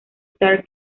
star